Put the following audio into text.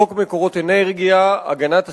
חוק מקורות אנרגיה (תיקון) (הגנת הסביבה,